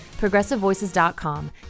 ProgressiveVoices.com